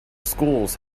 schools